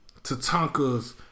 Tatanka's